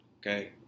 okay